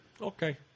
Okay